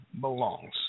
belongs